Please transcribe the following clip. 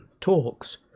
talks